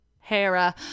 Hera